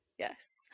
Yes